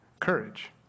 courage